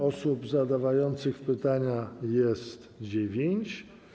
Osób zadających pytania jest dziewięć.